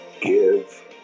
Give